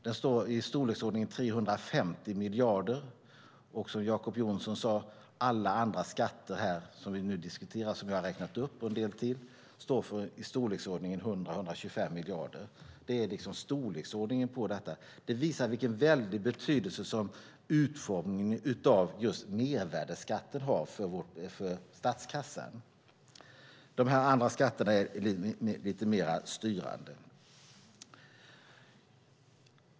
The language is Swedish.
Den står för i storleksordningen 350 miljarder, och som Jacob Johnson sade: Alla andra skatter vi nu diskuterar och som jag har räknat upp, och en del till, står för i storleksordningen 100-125 miljarder. Det är storleksordningen på detta, och det visar vilken stor betydelse utformningen av just mervärdesskatten har för statskassan. De andra skatterna är lite mer styrande.